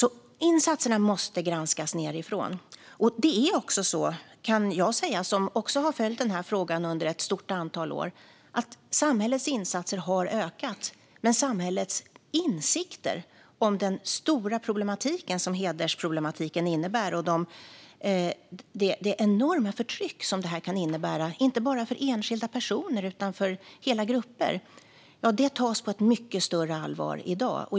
Insatserna måste alltså granskas nedifrån. Jag som har följt denna fråga under ett stort antal år kan säga att samhällets insatser har ökat. Samhällets insikter om att hedersproblematiken är stor och om det enorma förtryck den kan innebära, inte bara för enskilda personer utan för hela grupper, tas på ett mycket större allvar i dag.